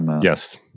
Yes